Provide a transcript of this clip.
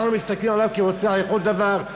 אנחנו מסתכלים עליו כעל רוצח לכל דבר,